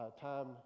time